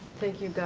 thank you, guy.